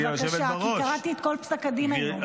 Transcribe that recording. כי קראתי את כל פסק הדין היום.